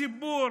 הציבור